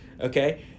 okay